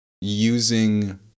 using